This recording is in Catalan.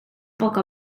poc